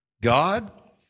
God